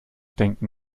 denken